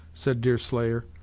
said deerslayer,